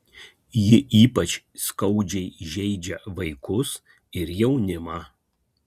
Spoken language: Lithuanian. ji ypač skaudžiai žeidžia vaikus ir jaunimą